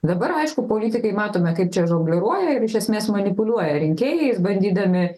dabar aišku politikai matome kaip čia žongliruoja ir iš esmės manipuliuoja rinkėjais bandydami